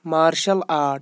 martial art